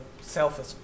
selfish